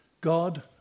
God